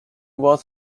was